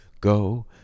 go